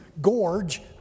gorge